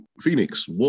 Phoenix